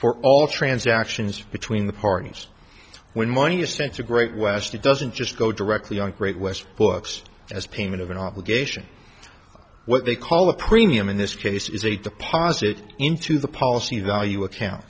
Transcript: for all transactions between the parties when money is spent a great question it doesn't just go directly on great west books as payment of an obligation what they call a premium in this case is a deposit into the policy value account